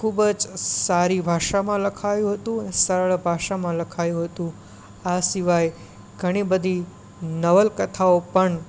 ખૂબ જ સારી ભાષામાં લખાયું હતું અને સરળ ભાષામાં લખાયું હતું આ સિવાય ઘણી બધી નવલકથાઓ પણ